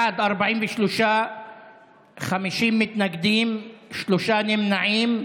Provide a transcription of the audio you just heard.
בעד, 43, 50 מתנגדים, שלושה נמנעים.